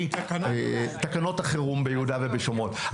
תקנות החירום ביהודה ושומרון.